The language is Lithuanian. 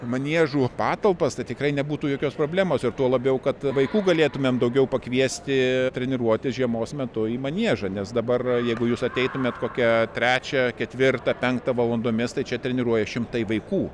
maniežų patalpas tad tikrai nebūtų jokios problemos ir tuo labiau kad vaikų galėtumėm daugiau pakviesti treniruotis žiemos metu į maniežą nes dabar jeigu jūs ateitumėt kokią trečią ketvirtą penktą valandomis tai čia treniruojas šimtai vaikų